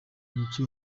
niki